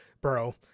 bro